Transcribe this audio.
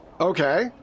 Okay